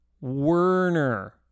Werner